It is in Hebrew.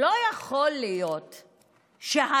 לא יכול להיות שהוויכוח